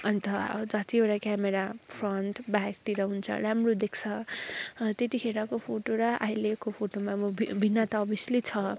अन्त अब जतिवटा क्यामेरा फ्रन्ट ब्याकतिर हुन्छ राम्रो देख्छ त्यतिखेरको फोटो र अहिलेको फोटोमा म भिन्नता अभियस्ली छ